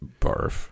barf